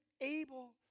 able